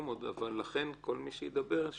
מי שידבר,